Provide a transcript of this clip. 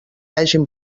hagen